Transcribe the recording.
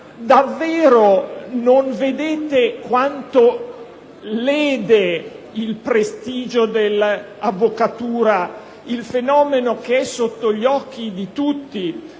davvero non vedete quanto lede il prestigio dell'avvocatura il fenomeno che è sotto gli occhi di tutti,